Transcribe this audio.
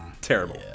terrible